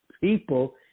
people